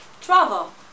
Travel